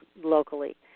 locally